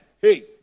Hey